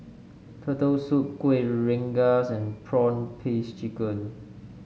Turtle Soup Kueh Rengas and prawn paste chicken